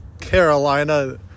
Carolina